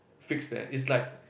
fixed leh it's like